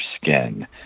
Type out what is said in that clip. skin